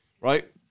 right